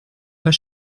pas